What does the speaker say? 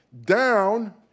Down